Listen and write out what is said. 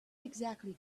exactly